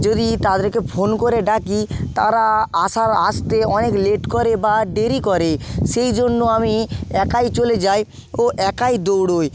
যদি তাদেরকে ফোন করে ডাকি তারা আসার আসতে অনেক লেট করে বা দেরি করে সেই জন্য আমি একাই চলে যাই ও একাই দৌড়ই